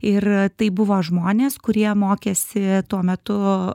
ir tai buvo žmonės kurie mokėsi tuo metu